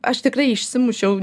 aš tikrai išsimušiau